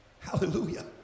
Hallelujah